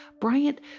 Bryant